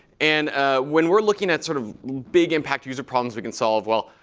and when we're looking at sort of big impact user problems we can solve, well,